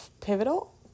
pivotal